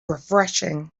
refreshing